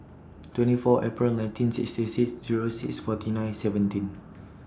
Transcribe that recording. twenty four April nineteen sixty six juror six forty nine seventeen